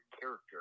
character